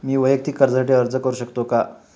मी वैयक्तिक कर्जासाठी अर्ज करू शकतो का?